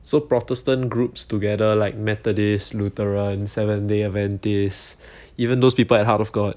so protestant groups together like methodist lutheran seventh day adventists even those people at heart of god